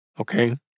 okay